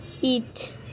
Eat